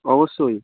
অবশ্যই